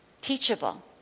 teachable